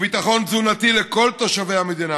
ביטחון תזונתי לכל תושבי המדינה,